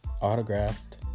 autographed